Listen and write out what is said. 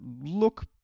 look